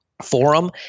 forum